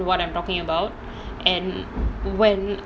what I'm talking about and when